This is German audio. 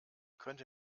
könnte